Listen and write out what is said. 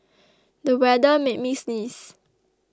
the weather made me sneeze